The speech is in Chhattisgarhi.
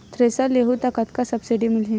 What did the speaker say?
थ्रेसर लेहूं त कतका सब्सिडी मिलही?